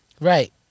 Right